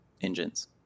engines